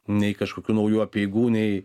nei kažkokių naujų apeigų nei